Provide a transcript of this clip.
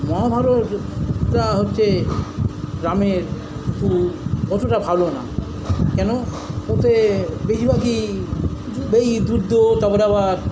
মহাভারতটা হচ্ছে রামের কিন্তু অতটা ভালো না কেন ওতে বেশিরভাগই এই যুদ্ধ তারপরে আবার